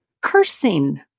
cursing